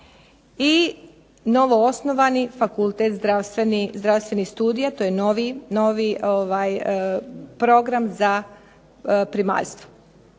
i novoosnovani fakultet zdravstvenih studija, to je novi program za primaljstvo.